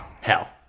Hell